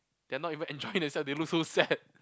they are not even enjoying themselves they look so sad